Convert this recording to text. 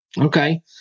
Okay